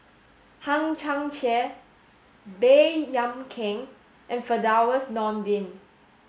Hang Chang Chieh Baey Yam Keng and Firdaus Nordin